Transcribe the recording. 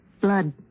Blood